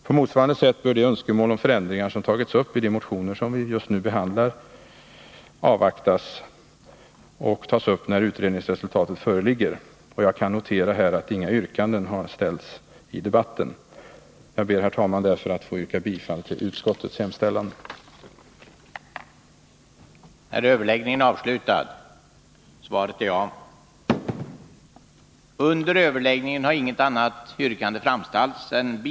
På motsvarande sätt bör de önskemål om förändringar som förts fram i de motioner som vi just nu behandlar tas upp när utredningsresultatet föreligger. Jag kan notera att inga yrkanden har ställts i debatten. Jag ber därför, herr talman, att få yrka bifall til! utskottets hemställan. kens effekter på sysselsättning och arbetsmiljö.